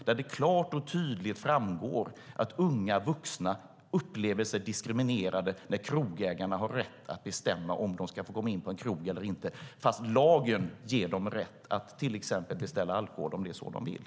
Där framgår klart och tydligt att unga vuxna upplever sig diskriminerade när krogägarna har rätt att bestämma om de ska få komma in på en krog eller inte fast lagen ger dem rätt att till exempel beställa alkohol om de så vill.